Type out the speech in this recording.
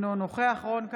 אינו נוכח רון כץ,